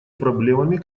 проблемами